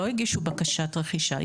לא הגישו בקשת רכישה.